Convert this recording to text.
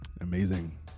amazing